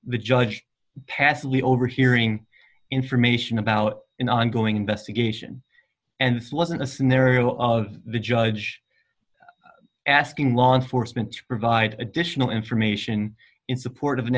the judge passively overhearing information about an ongoing investigation and this wasn't a scenario of the judge asking law enforcement to provide additional information in support of an